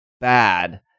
bad